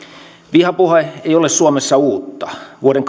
vihapuhe ei ole suomessa uutta vuoden